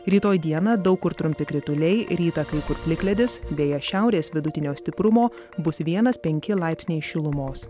rytoj dieną daug kur trumpi krituliai rytą kai kur plikledis beje šiaurės vidutinio stiprumo bus vienas penki laipsniai šilumos